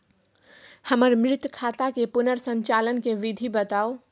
हमर मृत खाता के पुनर संचालन के विधी बताउ?